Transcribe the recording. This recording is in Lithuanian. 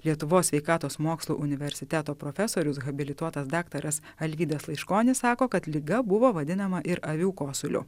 lietuvos sveikatos mokslų universiteto profesorius habilituotas daktaras alvydas laiškonis sako kad liga buvo vadinama ir avių kosuliu